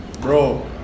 bro